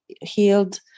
healed